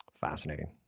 Fascinating